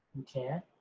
you can.